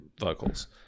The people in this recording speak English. vocals